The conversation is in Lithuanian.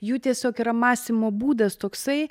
jų tiesiog yra mąstymo būdas toksai